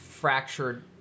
fractured